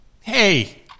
Hey